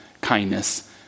kindness